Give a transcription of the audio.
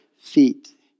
feet